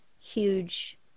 huge